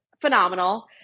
phenomenal